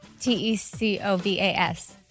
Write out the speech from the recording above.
T-e-c-o-v-a-s